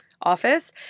office